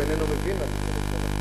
הוא איננו מבין מה זה צדק חברתי.